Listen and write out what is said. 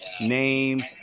name